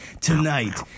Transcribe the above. tonight